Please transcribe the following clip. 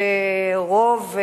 רוב,